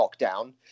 lockdown